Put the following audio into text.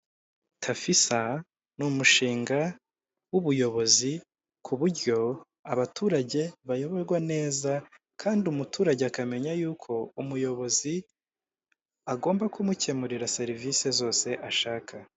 Tafisa, ni umushinga wubuyobozi ku buryo abaturage bayoborwa neza, kandi umuturage akamenya y'uko umuyobozi agomba kumukemurira serivisi zose ashaka.